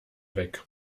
weg